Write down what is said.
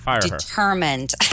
determined